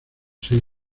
seis